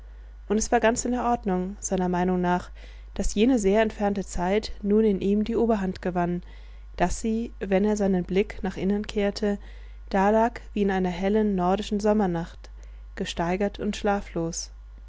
und es war ganz in der ordnung seiner meinung nach daß jene sehr entfernte zeit nun in ihm die oberhand gewann daß sie wenn er seinen blick nach innen kehrte dalag wie in einer hellen nordischen sommernacht gesteigert und schlaflos